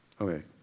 Okay